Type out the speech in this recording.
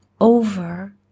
over